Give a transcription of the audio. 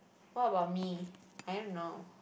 what about me I don't know